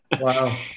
Wow